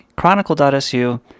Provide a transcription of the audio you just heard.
Chronicle.su